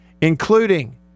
Including